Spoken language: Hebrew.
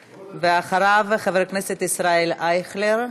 ואחריו, חבר הכנסת ישראל אייכלר.